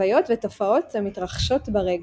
לחוויות ותופעות המתרחשות ברגע.